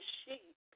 sheep